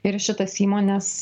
ir į šitas įmones